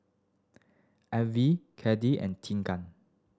Ervin Cade and Tegan